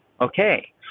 Okay